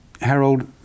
Harold